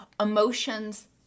emotions